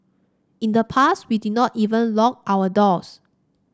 in the past we did not even lock our doors